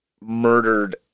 murdered